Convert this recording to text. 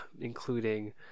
including